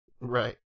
Right